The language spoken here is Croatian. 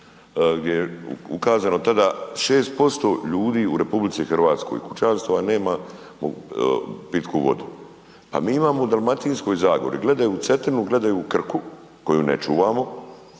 gdje je ukazano tada 6% ljudi u RH, kućanstva nema pitku vodu. Pa mi imamo u Dalmatinskoj zagori, gledaju u Cetinu, gledaju u Krku koju ne čuvamo,